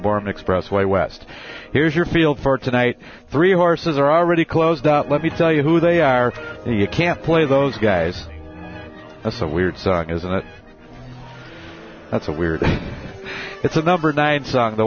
barman expressway west here's your field for tonight three horses are already closed let me tell you who they are you can't play those guys are so weird isn't it that's so weird it's a number nine song though